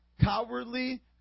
cowardly